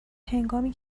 هنگامی